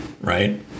right